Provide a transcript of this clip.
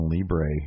Libre